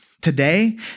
today